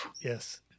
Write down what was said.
yes